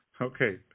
Okay